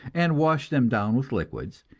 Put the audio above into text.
and wash them down with liquids,